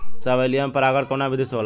Salvia में परागण कउना विधि से होला?